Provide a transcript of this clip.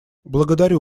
благодарю